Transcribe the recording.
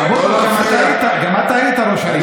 אבוטבול, גם אתה היית ראש עיר.